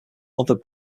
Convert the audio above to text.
other